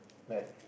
like